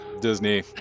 Disney